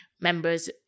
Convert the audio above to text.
members